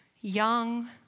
young